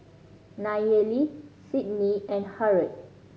Nayeli Sidney and Harrold